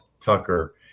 tucker